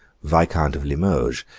viscount of limoges,